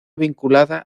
vinculada